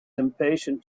impatient